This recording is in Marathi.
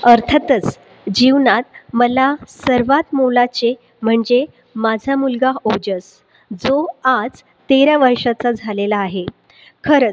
अर्थातच जीवनात मला सर्वात मोलाचे म्हणजे माझा मुलगा ओजस जो आज तेरा वर्षाचा झालेला आहे खरंच